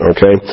Okay